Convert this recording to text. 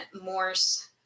Morse